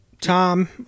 tom